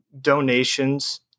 donations